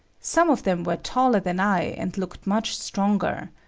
some of them were taller than i and looked much stronger.